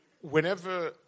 whenever